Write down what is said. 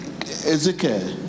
Ezekiel